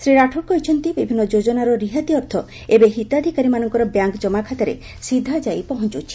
ଶ୍ରୀ ରାଠୋଡ କହିଛନ୍ତି ବିଭିନ୍ନ ଯୋକନାର ରିହାତି ଅର୍ଥ ଏବେ ହିତାଧିକାରୀମାନଙ୍କ ବ୍ୟାଙ୍କ ଜମା ଖାତାରେ ସିଧାଯାଇ ପହଞ୍ଚୁଛି